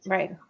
Right